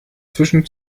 zwischen